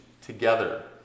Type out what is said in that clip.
together